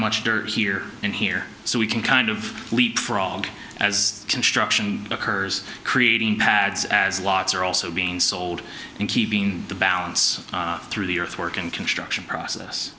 much dirt here and here so we can kind of leapfrog as construction occurs creating pads as lots are also being sold and keeping the balance through the earthwork and construction process